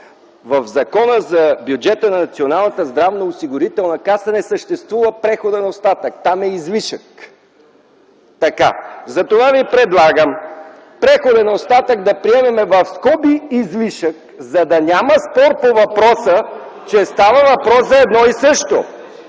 В Закона за бюджета на Националната здравноосигурителна каса не съществува преходен остатък – там е излишък. Затова ви предлагам „преходен остатък”, да приемем в скоби излишък, за да няма спор по въпроса, че става въпрос за едно и също.